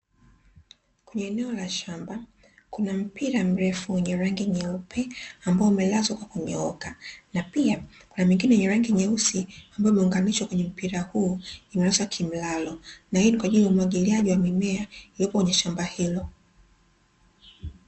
Eneo la shamba, kuna mpira mrefu wenye rangi nyeupe ambao umelazwa kwa kunyooka na pia kuna mingine yenye rangi nyeusi, ambayo imeunganishwa kwenye mpira huo, imelazwa kimlalo na hii ni kwa ajili ya umwagiliaji wa mimea iliyopo kwenye shamba hilo.